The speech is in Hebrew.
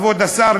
כבוד השר,